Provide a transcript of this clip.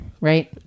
right